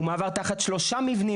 הוא מעבר תחת שלושה מבנים